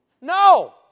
No